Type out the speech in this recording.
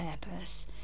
purpose